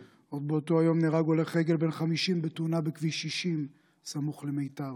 עוד באותו היום נהרג הולך רגל בן 50 בתאונה בכביש 60 סמוך למיתר,